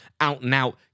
out-and-out